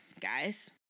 guys